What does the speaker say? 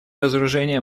разоружение